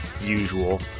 usual